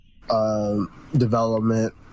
development